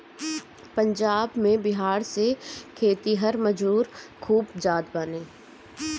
पंजाब में बिहार से खेतिहर मजूर खूब जात बाने